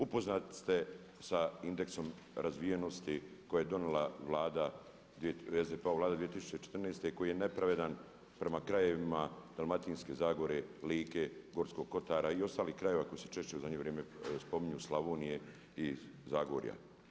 Upoznati sa indeksom razvijenosti koji je donijela Vlada, SDP-ova Vlada 2014. i koji je nepravedan prema krajevima Dalmatinske zagore, Like, Gorskog kotara i ostalih krajeva koji se češće u zadnje vrijeme spominju Slavonije i Zagorja.